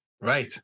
Right